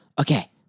okay